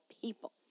people